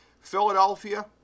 Philadelphia